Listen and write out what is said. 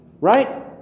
Right